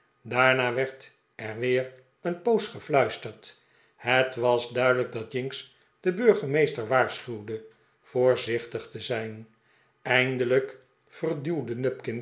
daarna werd er weer een poos gefluisterd het was duidelijk dat jinks den burgemeester waarschuwde voorzichtig te zijn eindelijk